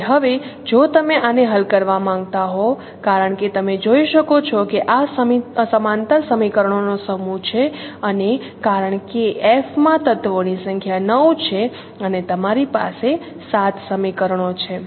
તેથી હવે જો તમે આને હલ કરવા માંગતા હોવ કારણ કે તમે જોઈ શકો છો કે આ સમાંતર સમીકરણોનો સમૂહ છે અને કારણ કે F માં તત્વોની સંખ્યા 9 છે અને તમારી પાસે 7 સમીકરણો છે